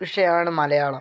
വിഷയമാണ് മലയാളം